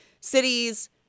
cities